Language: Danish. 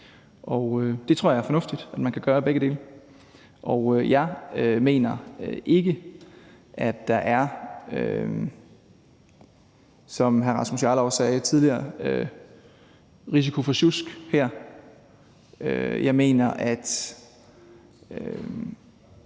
jeg tror, det er fornuftigt, at man kan gøre begge dele. Jeg mener ikke, at der, som hr. Rasmus Jarlov sagde tidligere, er risiko for sjusk her. Jeg mener, at